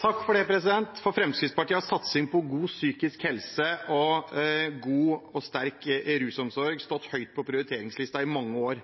For Fremskrittspartiet har satsing på god psykisk helse og god og sterk rusomsorg stått høyt på prioriteringslisten i mange år.